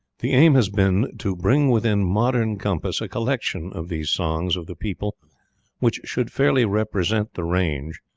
the aim has been to bring within moderate compass a collection of these songs of the people which should fairly represent the range,